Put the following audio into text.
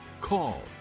call